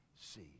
see